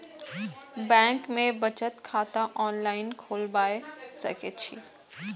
Bank में बचत खाता ऑनलाईन खोलबाए सके छी?